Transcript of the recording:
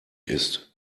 ist